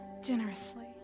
generously